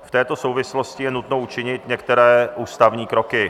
V této souvislosti je nutno učinit některé ústavní kroky.